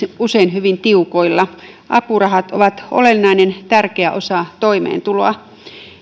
usein hyvin tiukoilla apurahat ovat olennainen tärkeä osa toimeentuloa